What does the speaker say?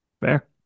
fair